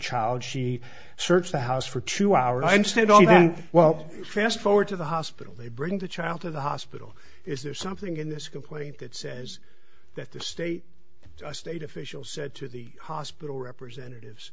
she searched the house for two hours instead of well fast forward to the hospital they bring the child to the hospital is there something in this complaint that says that the state a state official said to the hospital representatives